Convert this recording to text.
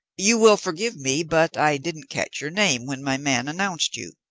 you will forgive me, but i didn't catch your name when my man announced you.